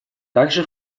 также